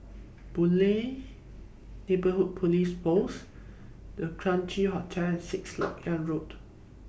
Boon Lay Neighbourhood Police Post The Quincy Hotel Sixth Lok Yang Road